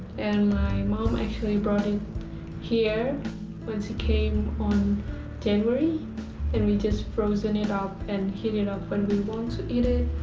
and my mom actually brought it here when she came in um january and we just frozen it up and heat it up when we want to eat it.